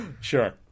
Sure